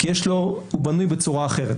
כי הוא בנוי בצורה אחרת.